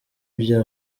bya